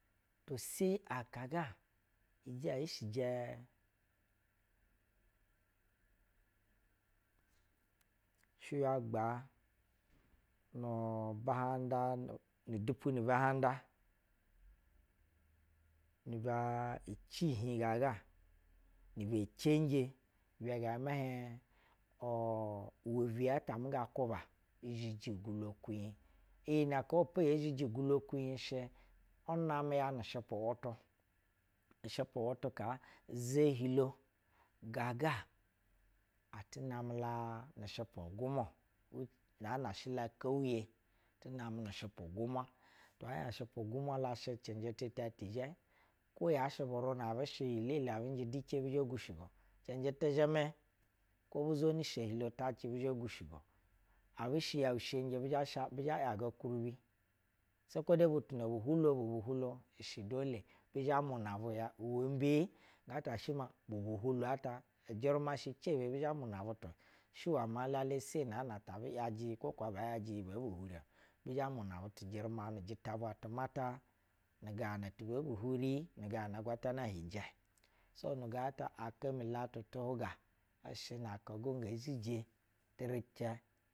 U sei aka ga ijɛ ishijɛ shiywa gbaa nu bu handa nu duou nu bu hand ani bɛ ici hi gaa ga ni bɛ cenje ibɛ gɛɛ zhɛ mɛ hiɛn u. u uwɛbiye ata amu nga kwuba izhi ugwulo kunyi. Iyi nɛ kaa po yee yanu shɛpu wutu, ushɛpu wutu kaa uza gwulo gaga ati namɛ la nu shɛpu gumwa-o. n naan a shɛ la keuye ti namɛ nu shɛpu gumwa, ɛhiey ushɛpu gumwa la asha cɛnjɛ tuta ti zhɛ kwo yashɛ buruna abu shɛ iyi elele abɛnjɛ dice bishɛ gushigo. cɛjɛ ti zhɛmɛ, kwo bu zweni ahilo vitacɛ bi shɛ bo gushigo abi shɛ yɛu shenje bi zha sh bi zhɛ a yaga kuribi. Sai kwode butu nab u bu hulo bu hu hu lo ishɛ dole bis zhɛ-a muna buy a uwɛ mbee? Uwɛtɛ shɛ ma bub u hulo ata, ujɛruma shɛ cele bi zhɛ-a muna butu shɛ mmaa late naana ta buy ajo iyi kwo kaa ngaa uakɛ iyi ngee bu huri-o bi zhɛ muna butu jɛruma nu ujita bwa tumata, nig aa na tib u huri nu ga ana agwatana hi njɛ. So nu gaa ta aka mi latu tu hwuga ishɛ na aka go gee zhije ti ricɛ.